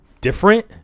different